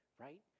right